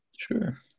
Sure